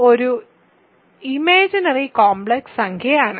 i ഒരു imaginary complex സംഖ്യയാണ്